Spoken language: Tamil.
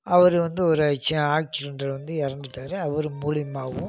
அவரு வந்து ஒரு ஆக்சிடன்ட்ல வந்து இறந்துட்டாரு அவர் மூலியமாகவும்